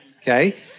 okay